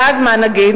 ואז מה נגיד?